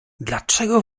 dlaczego